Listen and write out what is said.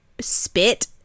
spit